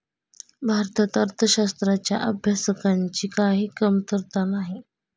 भारतात अर्थशास्त्राच्या अभ्यासकांची काही कमतरता नाही